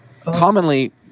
commonly